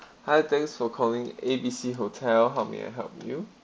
hi thanks for calling A_B_C hotel how may I help you